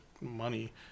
money